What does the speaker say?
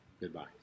Goodbye